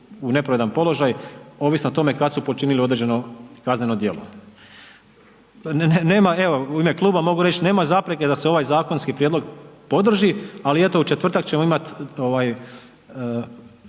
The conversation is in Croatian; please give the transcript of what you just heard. u nepravedan položaj, ovisno o tome kad su počinili određeno kazneno djelo. U ime kluba evo mogu reći nema zapreke da se ovaj zakonski prijedlog podrži ali eto u četvrtak ćemo imat